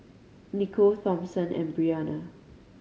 Nicole Thompson and Brianna